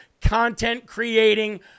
content-creating